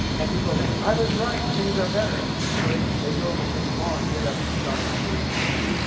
and people think, i was right, things are better, so they they go even more and bid up the stock market even more.